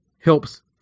helps